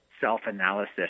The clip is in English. self-analysis